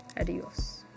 Adios